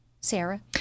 Sarah